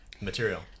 material